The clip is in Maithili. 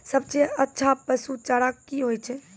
सबसे अच्छा पसु चारा की होय छै?